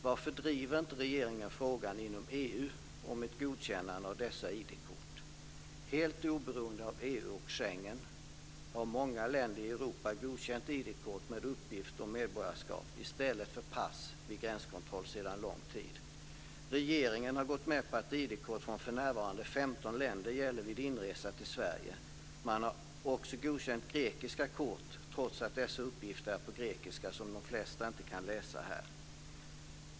Varför driver inte regeringen frågan inom EU om ett godkännande av dessa ID-kort? Helt oberoende av EU och Schengen har många länder i Europa godkänt ID-kort med uppgift om medborgarskap i stället för pass vid gränskontroll sedan lång tid. Regeringen har gått med på att ID-kort från för närvarande 15 länder gäller vid inresa till Sverige. Man har också godkänt grekiska kort, trots att dessa uppgifter är på grekiska som de flesta inte kan läsa här.